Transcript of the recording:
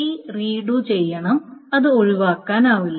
T read ചെയ്യണം ഇത് ഒഴിവാക്കാനാവില്ല